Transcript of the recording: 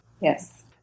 Yes